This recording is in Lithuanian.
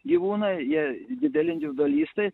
gyvūnai jie dideli individualistai